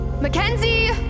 Mackenzie